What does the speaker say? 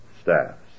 staffs